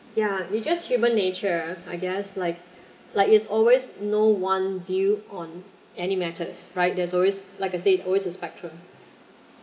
ya it just human nature I guess like like it's always no one view on any methods right there's always like I say it always spectrum